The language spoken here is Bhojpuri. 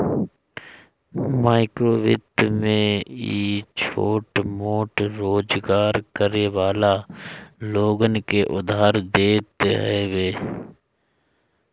माइक्रोवित्त में इ छोट मोट रोजगार करे वाला लोगन के उधार देत हवे